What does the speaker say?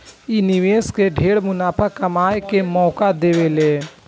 इ निवेशक के ढेरे मुनाफा कमाए के मौका दे देवेला